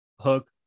Hook